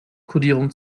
kodierung